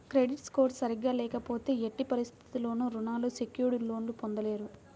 credit score సరిగ్గా లేకపోతే ఎట్టి పరిస్థితుల్లోనూ రుణాలు సెక్యూర్డ్ లోన్లు పొందలేరు